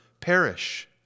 perish